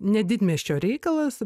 ne didmiesčio reikalas